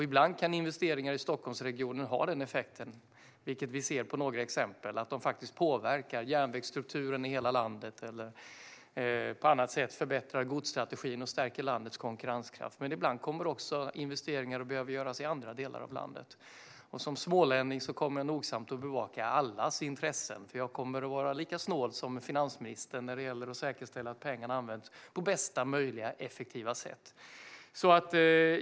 Ibland kan investeringar i Stockholmsregionen ha den effekten. Vi ser av några exempel att de påverkar järnvägsstrukturen i hela landet eller på annat sätt förbättrar godsstrategin och stärker landets konkurrenskraft. Men ibland kommer också investeringar att behöva göras i andra delar av landet. Som smålänning kommer jag nogsamt att bevaka allas intressen. Jag kommer att vara lika snål som finansministern när det gäller att säkerställa att pengarna används på bästa möjliga effektiva sätt.